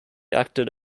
acted